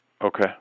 Okay